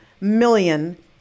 million